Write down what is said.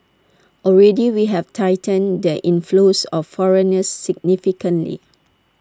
already we have tightened the inflows of foreigners significantly